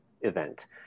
event